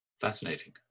fascinating